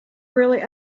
really